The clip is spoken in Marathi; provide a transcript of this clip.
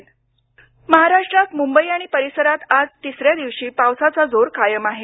मुंबई पाऊस महाराष्ट्रात मुंबई आणि परिसरात आज तिसऱ्या दिवशी पावसाचा जोर कायम आहे